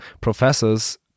professors